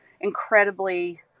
incredibly